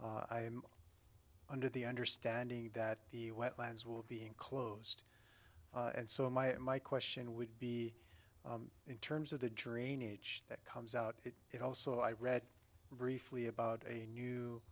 it under the understanding that the wetlands will be closed and so my my question would be in terms of the drainage that comes out it also i read briefly about a new